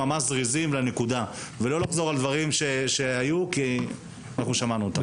לזרוק אחר הצהריים לסל,